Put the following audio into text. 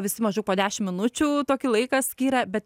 visi maždaug po dešim minučių tokį laiką skyrę bet